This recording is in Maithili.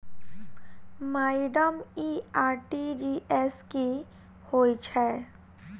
माइडम इ आर.टी.जी.एस की होइ छैय?